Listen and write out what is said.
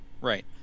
Right